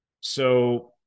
So-